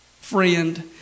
friend